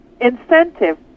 incentive